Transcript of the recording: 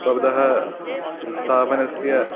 भवतः स्थापनस्य